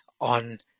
on